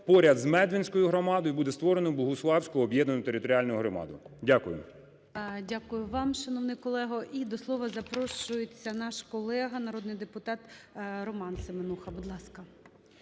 поряд з Медвинською громадою буде створено Богуславську об'єднану територіальну громаду. Дякую. ГОЛОВУЮЧИЙ. Дякую вам, шановний колего. І до слова запрошується наш колега народний депутат Роман Семенуха. Будь ласка.